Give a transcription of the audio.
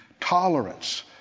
Tolerance